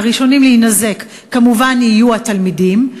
הראשונים להינזק כמובן יהיו התלמידים,